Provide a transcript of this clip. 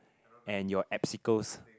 and your absicals